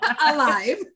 alive